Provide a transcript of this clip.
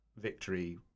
victory